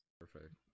perfect